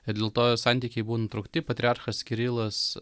ir dėl to jo santykiai buvo nutraukti patriarchas kirilas